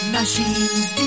Machines